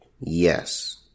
yes